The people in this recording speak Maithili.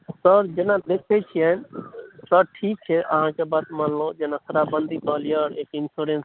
सर जेना देखैत छियनि सर ठीक छै अहाँके बात मानलहुँ जेना शराबबन्दी कहलियै एक इन्श्योरेन्स